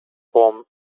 warm